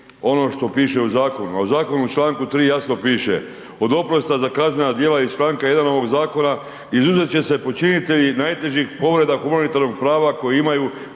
ono što piše u Zakonu, a u Zakonu u članku 3., jasno piše: “Od oprosta za kaznena djela iz članka 1. ovog Zakona izuzet će se počinitelji najtežih povreda humanitarnog prava koje imaju